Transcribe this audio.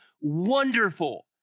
wonderful